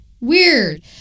Weird